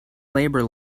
labour